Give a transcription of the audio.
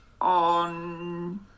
on